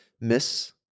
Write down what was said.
miss